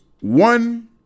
one